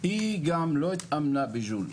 היא גם לא התאמנה בג'וליס.